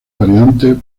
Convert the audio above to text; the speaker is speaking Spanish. variantes